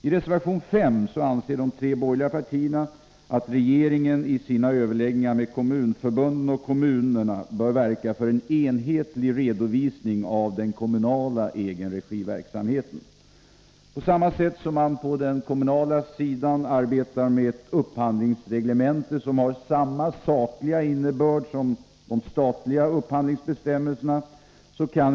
I reservation 5 anser de tre borgerliga partierna att regeringen i sina överläggningar med kommunförbunden och kommunerna bör verka för en enhetlig redovisning av den kommunala egenregiverksamheten. På den kommunala sidan har man utarbetat ett normalförslag till ett upphandlingsreglemente, som har samma sakliga innebörd som de statliga upphandlingsbestämmelserna.